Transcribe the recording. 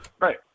Right